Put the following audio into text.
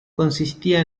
consistía